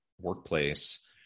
workplace